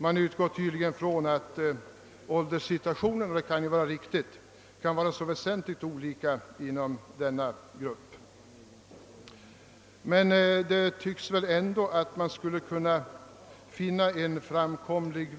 Man utgår tydligen ifrån — och det kan ju vara riktigt — att änkepensionärerna befinner sig i mycket olika åldrar.